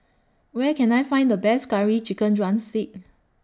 Where Can I Find The Best Curry Chicken Drumstick